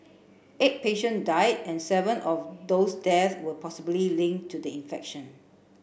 eight patients died and seven of those deaths were possibly linked to the infection